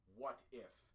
what-if